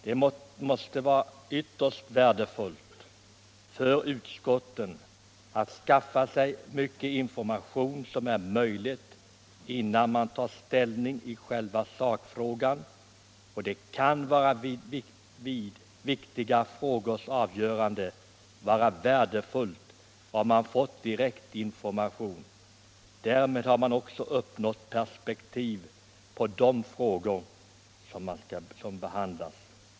Det måste vara ytterst angeläget för utskotten att skaffa sig så mycket information som möjligt innan man tar ställning i själva sakfrågan, och det kan vid viktiga frågors avgörande vara värdefullt att ha fått direktinformation. Därmed har man också fått perspektiv på de frågor som behandlas.